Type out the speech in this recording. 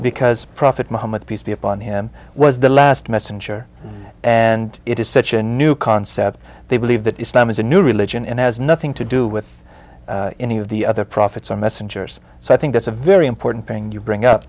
because prophet muhammad peace be upon him was the last messenger and it is such a new concept they believe that islam is a new religion and has nothing to do with any of the other prophets and messengers so i think that's a very important thing you bring up